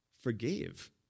forgave